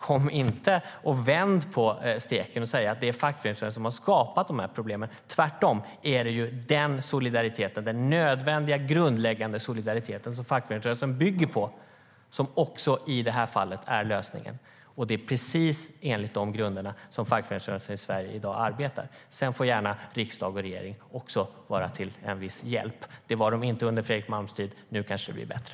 Kom inte och vänd på steken och säg att det är fackföreningsrörelsen som skapat problemen! Tvärtom är det den nödvändiga, grundläggande solidaritet som fackföreningsrörelsen bygger på som i det här fallet också är lösningen. Det är precis enligt de grunderna som fackföreningsrörelsen i Sverige arbetar i dag. Sedan får även riksdag och regering gärna vara till viss hjälp. Det var de inte under Fredrik Malms tid. Nu kanske det blir bättre.